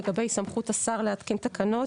לגבי סמכות השר להתקין תקנות.